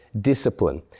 discipline